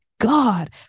God